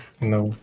No